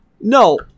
no